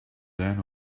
then